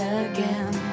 again